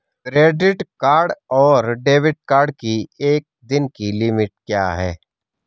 Credit card और debit card की एक दिन की लिमिट क्या है?